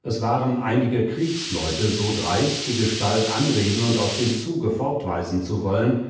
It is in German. es waren einige kriegsleute so dreist die gestalt anreden und aus dem zuge fortweisen zu wollen